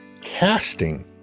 Casting